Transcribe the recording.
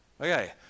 okay